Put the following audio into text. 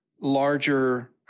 larger